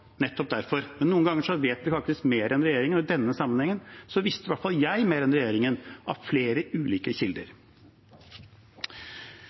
Nettopp derfor. Men noen ganger vet vi faktisk mer enn regjeringen, og i denne sammenhengen visste i hvert fall jeg mer enn regjeringen, av flere ulike kilder.